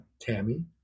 Tammy